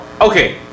okay